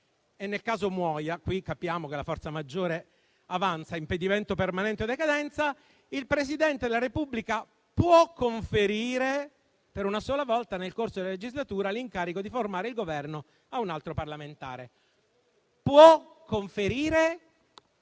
o nel caso muoia (qui capiamo che la forza maggiore avanza e c'è impedimento permanente o decadenza), il Presidente della Repubblica può conferire per una sola volta nel corso della legislatura l'incarico di formare il Governo a un altro parlamentare. Può conferire,